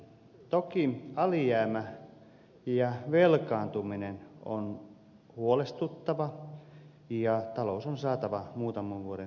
toki alijäämä ja velkaantuminen ovat huolestuttavia ja talous on saatava muutaman vuoden tähtäimellä tasapainoon